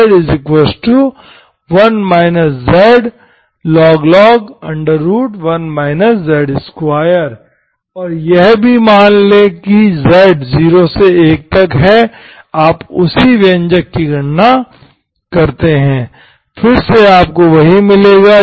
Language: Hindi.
y2zz 1z2e 2zz1z 1dzdz1 zlog 1 z2 और यह भी मान लें कि z 0 से 1 तक है आप उसी व्यंकजक की गणना करते हैं फिर से आपको वही मिलेगा